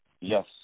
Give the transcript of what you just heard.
Yes